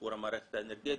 שיפור המערכת האנרגטית.